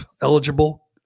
eligible